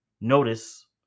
Notice